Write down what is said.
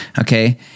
Okay